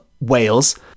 Wales